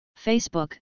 Facebook